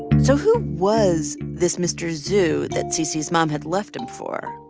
so who was this mr. zhu that cc's mom had left him for?